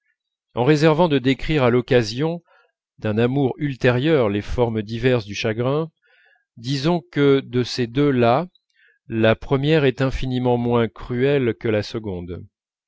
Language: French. en réservant de décrire à l'occasion d'un amour ultérieur les formes diverses du chagrin disons que de ces deux là la première est infiniment moins cruelle que la seconde